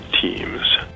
teams